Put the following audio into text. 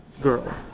girl